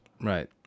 right